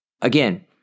again